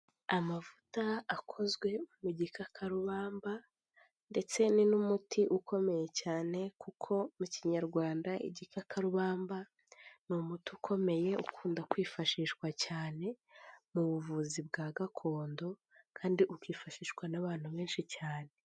Amavuta akozwe mu gikakarubamba ndetse ni n'umuti ukomeye cyane kuko mu Kinyarwanda igikakarubamba ni umuti ukomeye, ukunda kwifashishwa cyane mu buvuzi bwa gakondo kandi ukifashishwa n'abantu benshi cyane.